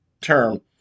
term